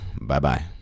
Bye-bye